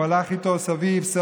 הוא הלך איתו סביב-סביב,